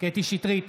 קטי קטרין שטרית,